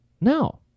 No